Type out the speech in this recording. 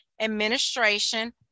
administration